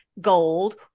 gold